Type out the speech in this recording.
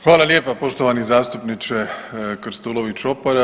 Hvala lijepa poštovani zastupniče Krstulović Opara.